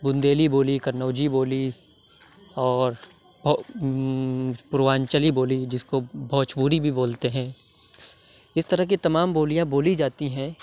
بُندیلی بولی قنوجی بولی اور اُروانچلی بولی جس کو بھوج پوری بھی بولتے ہیں اِس طرح کے تمام بولیاں بولی جاتی ہیں